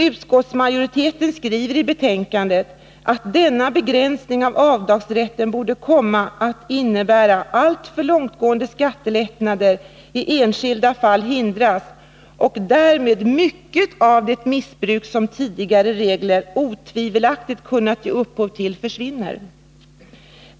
Utskottsmajoriteten skriver i betänkandet att den begränsning av avdragsrätten som riksdagen fattade beslut om förra året torde komma att innebära att alltför långtgående skattelättnader i enskilda fall hindras och att därmed mycket av det missbruk som tidigare regler otvivelaktigt kunnat ge upphov till försvinner.